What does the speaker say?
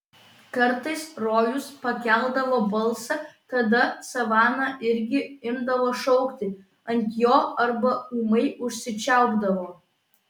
kartais rojus pakeldavo balsą tada savana irgi imdavo šaukti ant jo arba ūmai užsičiaupdavo